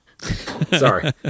Sorry